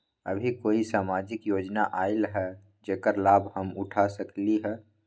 अभी कोई सामाजिक योजना आयल है जेकर लाभ हम उठा सकली ह?